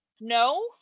no